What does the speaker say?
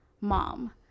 mom